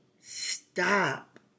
stop